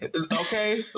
Okay